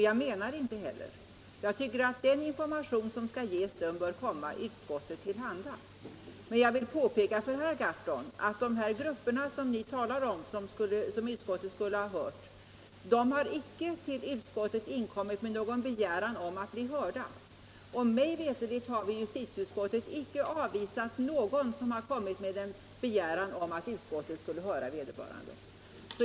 Jag menar det inte heller — jag tycker att den information som skall ges bör komma utskottet till handa. Men jag vill påpeka för herr Gahrton att de grupper som han talar om som utskottet borde ha hört inte till utskottet har inkommit med någon begäran om att bli hörda. Och mig veterligt har vi i justitieutskottet inte avvisat någon som har kommit med en begäran om att få framlägga sina synpunkter.